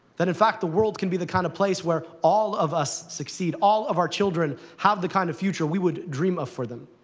that in fact, the world can be the kind of place where all of us succeed, all of our children have the kind of future we would dream of for them.